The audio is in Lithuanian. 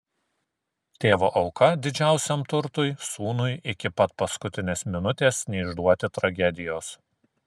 tėvo auka didžiausiam turtui sūnui iki pat paskutinės minutės neišduoti tragedijos